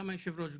גם יושב הראש,